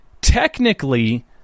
technically